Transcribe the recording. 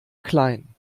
klein